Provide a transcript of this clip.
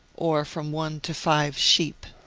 or from one to five sheep.